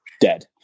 dead